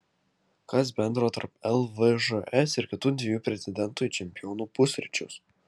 kas bendro tarp lvžs ir kitų dviejų pretendentų į čempionų pusryčius